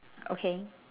okay